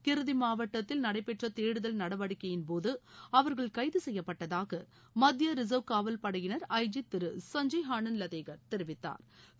கிரிதி மாவட்டத்தில் நடைபெற்ற தேடுதல் நடவடிக்கையின்போது அவர்கள் கைது செய்யப்பட்டதாக மத்திய ரிசா்வ் காவல் படையின் ஐ ஜி திரு சஞ்சை ஆனந்த் லதேகள் தெரிவித்தாா்